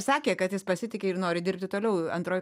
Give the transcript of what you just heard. sakė kad jis pasitiki ir nori dirbti toliau antroj